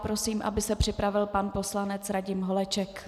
Prosím, aby se připravil pan poslanec Radim Holeček.